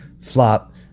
flop